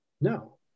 no